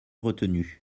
retenu